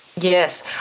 Yes